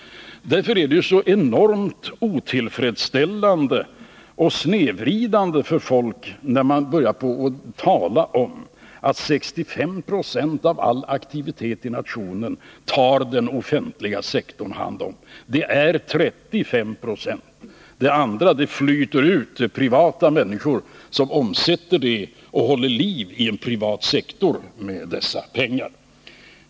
Därför är det ju så enormt otillfredsställande och snedvridet att tala om att 65 6 av all aktivitet i nationen tas om hand av den offentliga sektorn. Det är 35 20, det andra flyter ut till privata människor som med dessa pengar håller liv i en privat sektor.